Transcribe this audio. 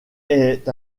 est